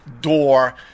door